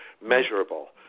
measurable